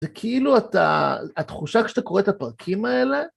זה כאילו, התחושה כשאתה קורא את הפרקים האלה...